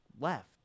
left